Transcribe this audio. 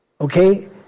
Okay